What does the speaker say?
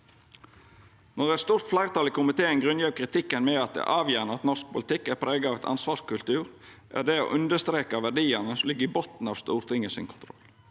Når eit stort fleirtal i komiteen grunngjev kritikken med at det er avgjerande at norsk politikk er prega av ein ansvarskultur, er det å understreka verdiane som ligg i botnen av Stortinget sin kontroll.